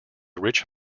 rich